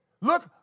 Look